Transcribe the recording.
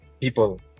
people